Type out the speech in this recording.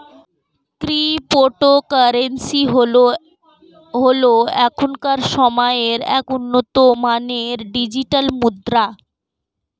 cryptocurrency হল এখনকার সময়ের এক উন্নত মানের ডিজিটাল মুদ্রা